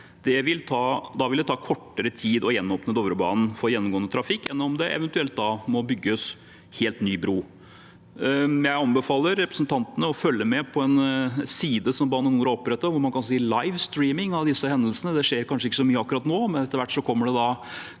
Da vil det ta kortere tid å gjenåpne Dovrebanen for gjennomgående trafikk enn om det eventuelt må bygges en helt ny bru. Jeg anbefaler representantene å følge med på en side som Bane NOR har opprettet hvor man kan se live strømming av disse hendelsene. Det skjer kanskje ikke så mye akkurat nå, men etter hvert kommer det